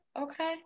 Okay